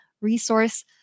resource